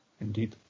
Indeed